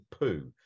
poo